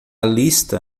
lista